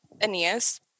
Aeneas